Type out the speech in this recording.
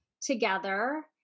together